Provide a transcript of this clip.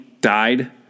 died